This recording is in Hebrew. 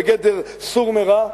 בגדר "סור מרע",